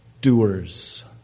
doers